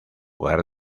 lugar